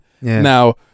now